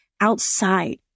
outside